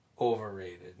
overrated